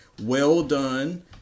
well-done